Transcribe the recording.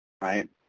right